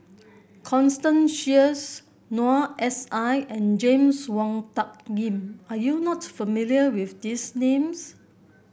Constance Sheares Noor S I and James Wong Tuck Yim are you not familiar with these names